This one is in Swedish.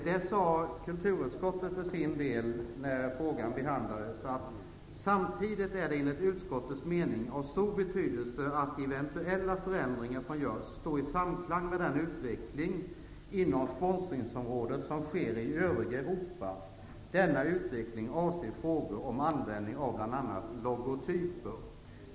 Där sade kulturutskottet när frågan behandlades: Samtidigt är det enligt utskottets mening av stor betydelse att eventuella förändringar som görs står i samklang med den utveckling inom sponsringsområdet som sker i övriga Europa. Denna utveckling avser frågor om användning av bl.a. logotyper.